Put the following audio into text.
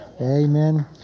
Amen